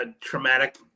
traumatic